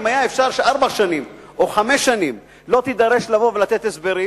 אם היה אפשר שארבע שנים או חמש שנים לא תידרש לבוא ולתת הסברים,